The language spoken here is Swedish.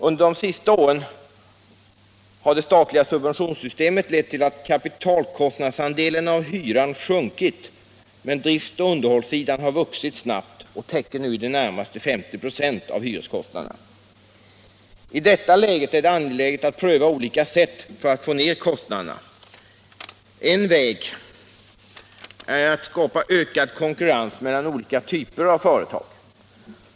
Under de senaste åren har det statliga subventionssystemet lett till att kapitalkostnadsandelen av hyran sjunkit, medan driftoch underhållssidan snabbt vuxit och nu i det närmaste motsvarar 50 26 av hyreskostnaderna. I detta läge är det angeläget att pröva olika sätt att få ner kostnaderna. En väg är att skapa ökad konkurrens mellan olika typer av företag.